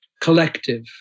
collective